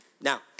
Now